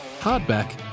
hardback